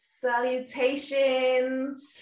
salutations